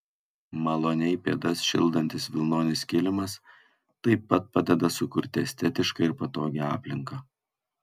maloniai pėdas šildantis vilnonis kilimas taip pat padeda sukurti estetišką ir patogią aplinką